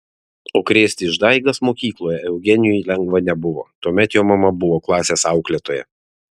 o krėsti išdaigas mokykloje eugenijui lengva nebuvo tuomet jo mama buvo klasės auklėtoja